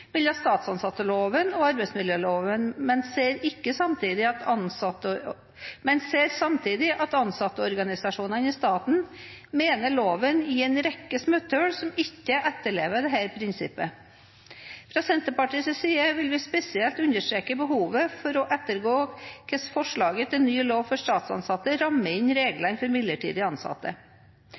mellom statsansatteloven og arbeidsmiljøloven, men ser samtidig at ansattorganisasjonene i staten mener loven gir en rekke smutthull som ikke etterlever dette prinsippet. Fra Senterpartiets side vil vi spesielt understreke behov for å ettergå hvordan forslaget til ny lov for statsansatte rammer inn reglene for midlertidig ansatte.